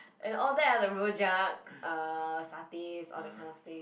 and all that are the rojak uh satays all that kind of thing